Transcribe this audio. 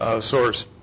source